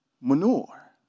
manure